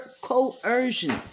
coercion